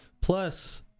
Plus